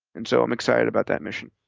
and so i'm excited about that mission.